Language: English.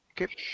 Okay